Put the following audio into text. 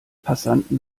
passanten